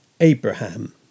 Abraham